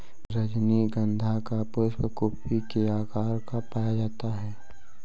रजनीगंधा का पुष्प कुपी के आकार का पाया जाता है